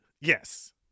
Yes